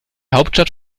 hauptstadt